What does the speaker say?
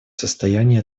состоянии